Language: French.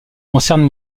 concerne